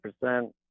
percent